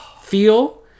feel